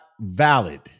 valid